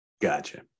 gotcha